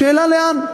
השאלה לאן.